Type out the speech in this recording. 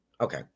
Okay